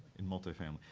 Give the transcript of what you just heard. in multifamily.